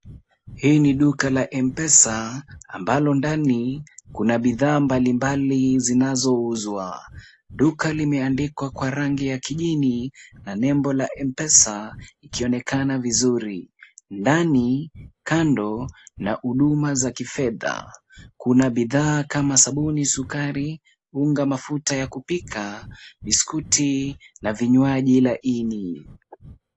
Hii ni duka la Mpesa ama ko ndani kuna bidhaa mbalimbali zinazouzwa. Duka limeandikwa kwa rangi ya kijani na nembo la MPESA ikionekana vizuri. Ndani ,kando ni huduma za kifedha. Kuna bidhaa kama kama sabuni, sukari, unga mafuta ya kupika, biskuti na vinywaji laini.